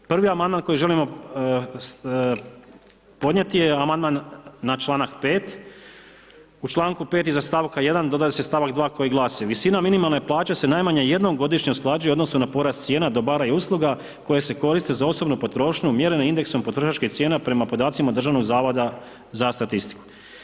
Dakle prvi amandman koji želimo podnijeti je amandman na članak 5. U članku 5. iza stavka 1. dodaje se stavak 2. koji glasi: „Visina minimalne plaće se najmanje jednom godišnje usklađuje u odnosu na porast cijene, dobara i usluga koje se koriste za osobnu potrošnju mjereno indeksom potrošačkih cijena prema podacima Državnog zavoda za statistiku.